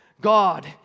God